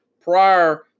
prior